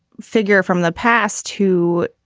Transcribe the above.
figure from the past, too,